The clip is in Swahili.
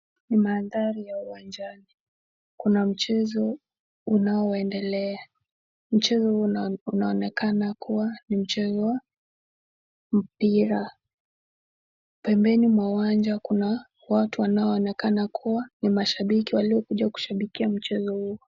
Ni manthari ya uwanjani, kuna mchezo unao endelea, mchezo hua unaonekana kuwa ni mchezo, mpira, prmbrni mwa uwanja kuna watu wanao onekana kuwa, ni mashabiki walio kuja kushabikia mchezo huo.